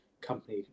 company